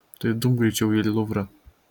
tai dumk greičiau į luvrą